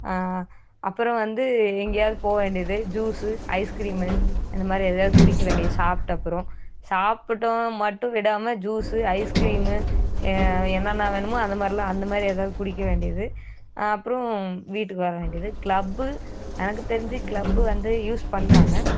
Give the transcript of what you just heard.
அப்பறம் வந்து எங்கேயாது போ வேண்டியது ஜூஸ்ஸு ஐஸ்கிரீமு இந்தமாதிரி எதையாவது குடிக்க வேண்டிய சாப்பிட்ட அப்பறம் சாப்பிட்டோம் மட்டும் விடாமல் ஜூஸ்ஸு ஐஸ்கிரீமு என்னென்ன வேணுமோ அந்தமாதிரிலாம் அந்தமாதிரி எதாவது குடிக்க வேண்டியது அப்புறோம் வீட்டுக்கு வர வேண்டியது க்ளப்பு எனக்கு தெரிஞ்சி க்ளப்பு வந்து யூஸ் பண்ணுறாங்க